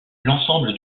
l’ensemble